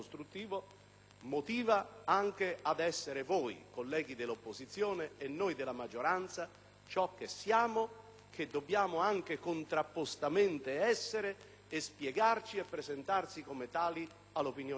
motiva anche ad essere voi, colleghi dell'opposizione, e noi della maggioranza, ciò che siamo e che dobbiamo, anche in maniera contrapposta, essere, spiegandoci e presentandoci come tali all'opinione pubblica.